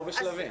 או בשלבים.